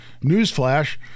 newsflash